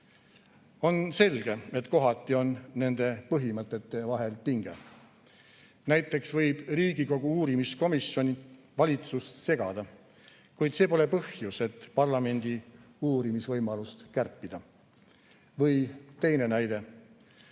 selge, et kohati on nende põhimõtete vahel pinge. Näiteks võib Riigikogu uurimiskomisjon valitsust segada, kuid see pole põhjus, et parlamendi uurimisvõimalust kärpida. Või teine näide: